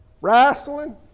wrestling